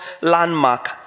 landmark